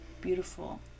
beautiful